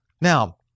Now